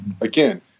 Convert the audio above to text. again